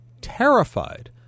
terrified